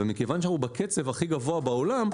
מכיוון שאנחנו בקצב הכי גבוה בעולם,